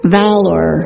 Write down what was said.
valor